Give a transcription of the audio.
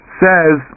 says